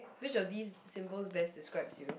which of these symbols best describe you